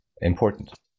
important